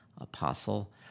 apostle